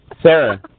Sarah